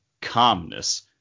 calmness